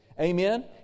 Amen